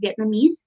Vietnamese